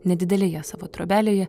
nedidelėje savo trobelėje